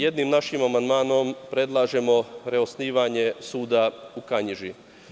Jednim našim amandmanom predlažemo reosnivanje suda u Kanjiži.